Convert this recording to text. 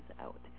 out